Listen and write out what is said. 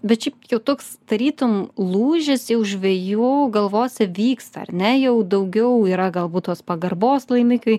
bet šiaip jau toks tarytum lūžis jau žvejų galvose vyksta ar ne jau daugiau yra galbūt tos pagarbos laimikiui